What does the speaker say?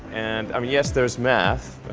and, i mean, yes, there's math.